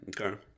Okay